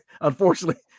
unfortunately